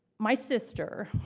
my sister,